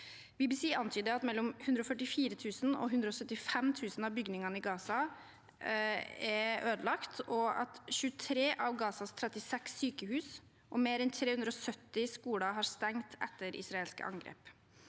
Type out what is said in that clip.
BBC antyder at mellom 144 000 og 175 000 av bygningene i Gaza er ødelagt, og at 23 av Gazas 36 sykehus og mer enn 370 skoler har stengt etter israelske angrep.